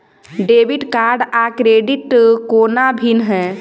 Debit card आ credit कोना भिन्न है?